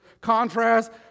contrast